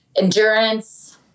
endurance